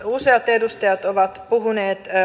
useat edustajat ovat puhuneet